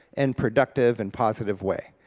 and productive, and positive way.